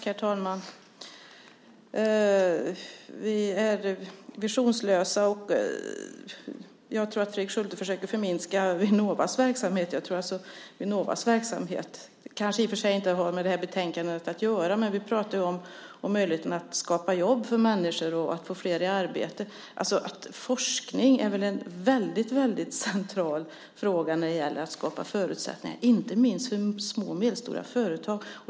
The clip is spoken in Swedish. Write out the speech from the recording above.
Herr talman! Vi är visionslösa, och jag tror att Fredrik Schulte försöker förminska Vinnovas verksamhet. Vinnovas verksamhet kanske i och för sig inte har med det här betänkandet att göra, men vi pratar ju om möjligheten att skapa jobb för människor och att få flera i arbete. Forskning är väl en väldigt central fråga när det gäller att skapa förutsättningar inte minst för små och medelstora företag.